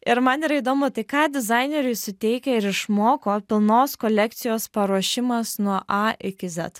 ir man yra įdomu tai ką dizaineriui suteikia ir išmoko pilnos kolekcijos paruošimas nuo a iki zet